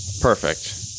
Perfect